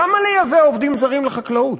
למה לייבא עובדים זרים לחקלאות?